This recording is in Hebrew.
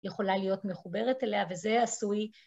יכולה להיות מחוברת אליה, וזה עשוי.